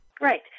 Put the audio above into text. Right